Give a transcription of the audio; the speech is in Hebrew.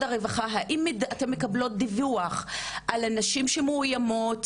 הרווחה האם אתן מקבלות דיווח על נשים שמאויימות,